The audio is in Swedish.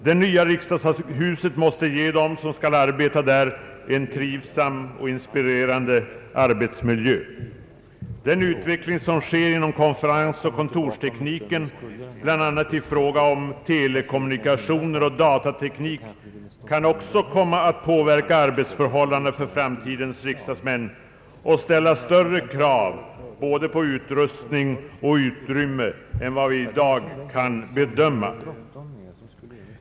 Det nya riksdagshuset måste ge en trivsam och inspirerande arbetsmiljö åt dem som skall arbeta där. Den utveckling som sker inom konferensoch kontorstekniken bl.a. i fråga om telekommunikationer och datateknik kan också komma att påverka arbetsförhållandena för framtidens riksdagsmän och ställa större krav både på utrustning och utrymme än vad vi i dag kan bedöma.